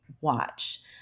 watch